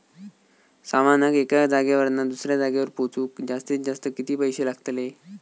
सामानाक एका जागेवरना दुसऱ्या जागेवर पोचवूक जास्तीत जास्त किती पैशे लागतले?